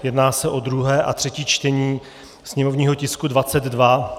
Jedná se o druhé a třetí čtení sněmovního tisku 22.